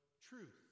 truth